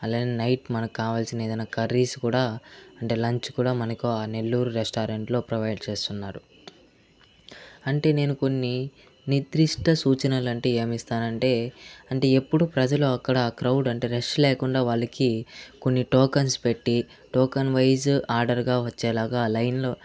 అలానే నైట్ మనకు కావాల్సిన ఏదైనా కర్రీస్ కూడా అంటే లంచ్ కూడా మనకు ఆ నెల్లూరు రెస్టారెంట్లో ప్రొవైడ్ చేస్తున్నారు అంటే నేను కొన్ని నిర్దిష్ట సూచనలు అంటే ఏమిస్తానంటే అంటే ఎప్పుడు ప్రజలు అక్కడ క్రౌడ్ అంటే రష్ లేకుండా వాళ్ళకి కొన్ని టోకన్స్ పెట్టి టోకెన్ వైస్ ఆర్డర్గా వచ్చేలాగా లైన్లో